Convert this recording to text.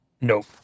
Nope